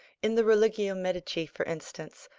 in the religio medici, for instance,